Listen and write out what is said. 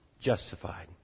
justified